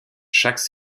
chaque